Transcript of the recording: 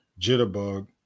Jitterbug